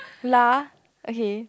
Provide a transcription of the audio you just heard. lah okay